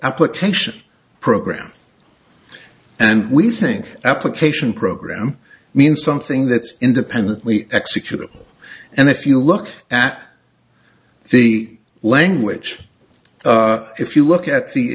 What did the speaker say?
application program and we think application program means something that's independently executable and if you look at the language if you look at the